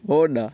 অ' দাদা